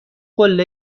قله